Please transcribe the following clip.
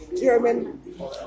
German